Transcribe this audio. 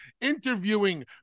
interviewing